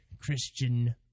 christian